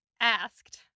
asked